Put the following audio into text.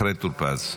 אחרי טור פז.